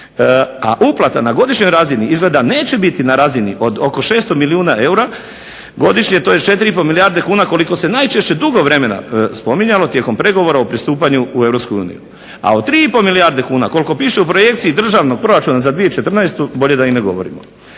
A uplata na godišnjoj razini izgleda neće biti na razini od oko 600 milijuna eura godišnje tj. 4,5 milijarde kuna koliko se najčešće dugo vremena spominjalo tijekom pregovora o pristupanju u EU. A od 3,5 milijarde kuna koliko piše u projekciji Državnog proračuna za 2014. bolje da i ne govorimo.